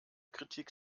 kritik